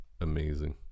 amazing